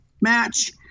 match